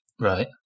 Right